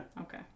Okay